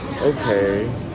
okay